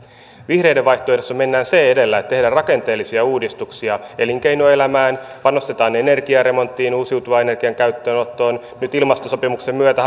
vihreiden vaihtoehdossa mennään se edellä että tehdään rakenteellisia uudistuksia elinkeinoelämään panostetaan energiaremonttiin uusiutuvan energian käyttöönottoon nyt ilmastosopimuksen myötä